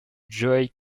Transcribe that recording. joey